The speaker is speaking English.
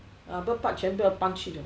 ah bird park 全都要搬去了